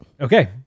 Okay